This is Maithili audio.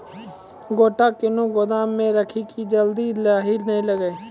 गोटा कैनो गोदाम मे रखी की जल्दी लाही नए लगा?